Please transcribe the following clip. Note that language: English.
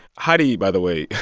heidi, by the way,